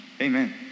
Amen